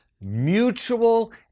mutual